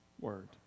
word